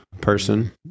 person